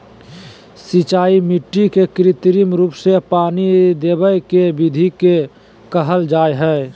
सिंचाई मिट्टी के कृत्रिम रूप से पानी देवय के विधि के कहल जा हई